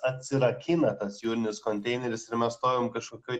atsirakina tas jūrinis konteineris ir mes stovim kažkokioj